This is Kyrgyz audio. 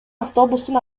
автобустун